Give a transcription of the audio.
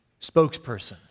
spokesperson